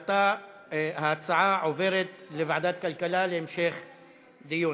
ההצעה עוברת לוועדת הכלכלה להמשך דיון.